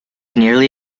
nearly